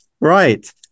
Right